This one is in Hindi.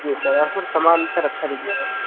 जी सर या फिर समान सर अच्छा दीजिएगा